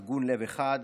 ארגון לב אחד,